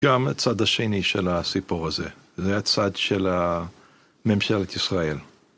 גם צד השני של הסיפור הזה, זה הצד של הממשלת ישראל.